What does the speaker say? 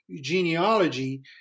genealogy